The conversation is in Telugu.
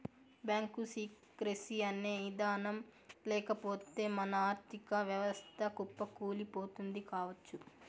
బ్యాంకు సీక్రెసీ అనే ఇదానం లేకపోతె మన ఆర్ధిక వ్యవస్థ కుప్పకూలిపోతుంది కావచ్చు